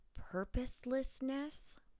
purposelessness